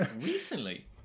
Recently